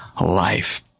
life